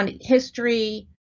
history